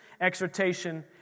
exhortation